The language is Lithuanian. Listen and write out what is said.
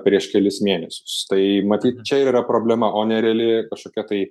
prieš kelis mėnesius tai matyt čia ir yra problema o nereali kažkokia tai